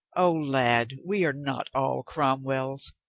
o, lad, we are not all cromwells.